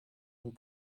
und